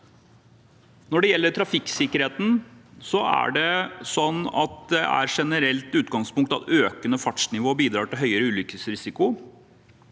Når det gjelder trafikksikkerheten, er det et generelt utgangspunkt at økende fartsnivå bidrar til høyere ulykkesrisiko.